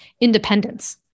independence